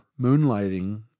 moonlighting